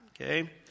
okay